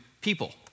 people